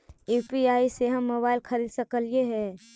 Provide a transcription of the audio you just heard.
UPI से हम mobile खरिद सकलिऐ है